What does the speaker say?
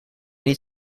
niet